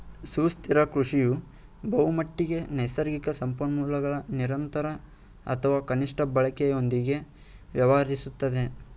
ಸುಸ್ಥಿರ ಕೃಷಿಯು ಬಹುಮಟ್ಟಿಗೆ ನೈಸರ್ಗಿಕ ಸಂಪನ್ಮೂಲಗಳ ನಿರಂತರ ಅಥವಾ ಕನಿಷ್ಠ ಬಳಕೆಯೊಂದಿಗೆ ವ್ಯವಹರಿಸುತ್ತದೆ